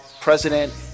President